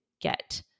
get